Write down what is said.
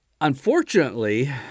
unfortunately